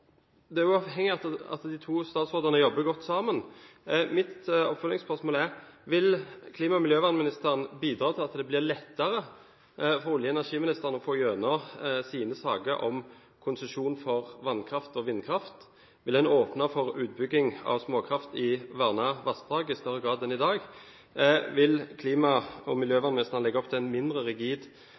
Uavhengig av at de to statsrådene jobber godt sammen, så er mitt oppfølgingsspørsmål: Vil klima- og miljøministeren bidra til at det blir lettere for olje- og energiministeren å få igjennom sine saker om konsesjon for vannkraft og vindkraft? Vil en åpne for utbygging av småkraftverk i vernede vassdrag i større grad enn i dag? Vil klima- og miljøministeren legge opp til en mindre rigid